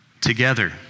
together